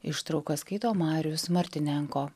ištrauką skaito marijus martinenko